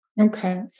Okay